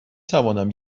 توانم